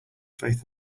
faith